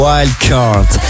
Wildcard